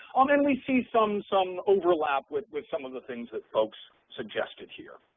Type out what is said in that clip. um and we see some some overlap with with some of the things that folks suggested here,